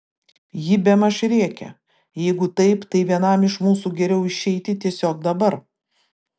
ji bemaž rėkė jeigu taip tai vienam iš mūsų geriau išeiti tiesiog dabar